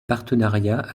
partenariats